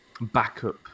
backup